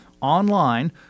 online